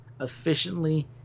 efficiently